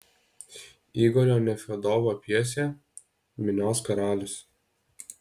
igorio nefiodovo pjesė minios karalius